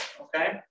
Okay